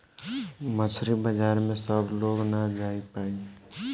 मछरी बाजार में सब लोग ना जा पाई